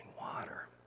water